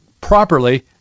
properly